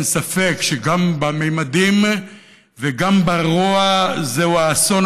אין ספק שגם בממדים וגם ברוע זהו האסון